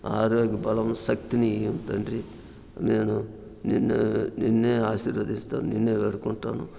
ఆరోగ్య బలము శక్తిని ఇయ్యుము తండ్రి నేను నిన్ను నిన్నే ఆశీర్వదిస్తాను నిన్నే వేడుకుంటాను